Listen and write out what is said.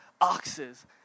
oxes